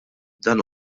dan